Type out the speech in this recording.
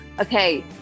Okay